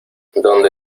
donde